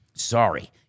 Sorry